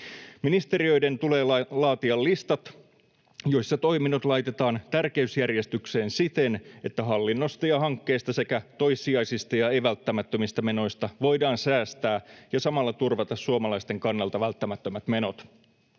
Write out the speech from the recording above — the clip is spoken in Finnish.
Ministeriöiden tulee laatia listat, joissa toiminnot laitetaan tärkeysjärjestykseen siten, että hallinnosta ja hankkeista sekä toissijaisista ja ei-välttämättömistä menoista voidaan säästää ja samalla turvata suomalaisten kannalta välttämättömät menot.